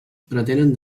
pretenen